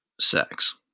sex